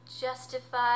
justify